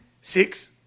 Six